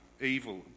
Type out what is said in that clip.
evil